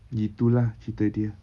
gitu lah cerita dia